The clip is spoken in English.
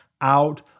out